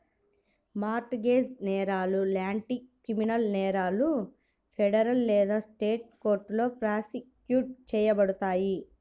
mart gauge నేరాలు లాంటి criminal నేరాలు ఫెడరల్ లేదా స్టేట్ కోర్టులో ప్రాసిక్యూట్ చేయబడతాయి